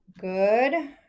Good